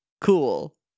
cool